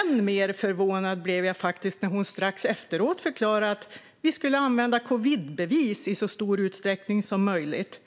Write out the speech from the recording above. Än mer förvånad blev jag när hon strax efteråt förklarade att vi skulle använda covidbevis i så stor utsträckning som möjligt.